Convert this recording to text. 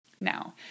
Now